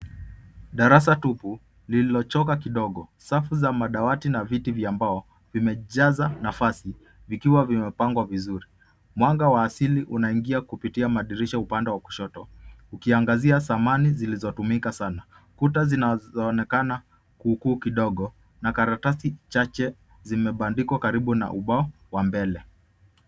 Darasa tupu lililochoka kidogo. Safu za madawati na viti vya mbao vimejaza nafasi vikiwa vimepangwa vizuri . Mwanga wa asili unaingia kupitia madirisha upande wa kushoto ukiangazia samani zilizotumika sana. Kuta zinazoonekana kuu kuu kidogo na karatasi chache zimebandikwa karibu na ubao wa mbele.